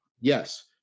yes